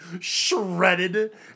shredded